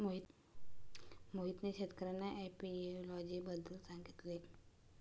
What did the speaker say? मोहितने शेतकर्यांना एपियोलॉजी बद्दल सांगितले